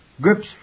grips